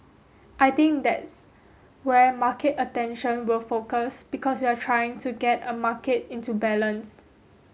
I think that's where market attention will focus because you're trying to get a market into balance